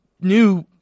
new